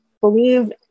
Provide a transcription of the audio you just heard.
believe